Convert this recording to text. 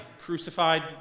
crucified